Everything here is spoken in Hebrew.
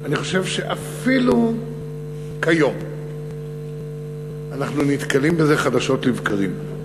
אני חושב שאפילו כיום אנחנו נתקלים בזה חדשות לבקרים.